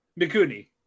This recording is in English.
Mikuni